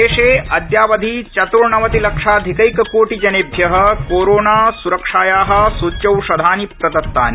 देशे अद्यावधि चत्र्णवतिलक्षाधिकक्किकोटिजनेभ्य कोरोनासुरक्षाया सूच्यौषधानि प्रदत्तानि